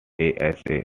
asa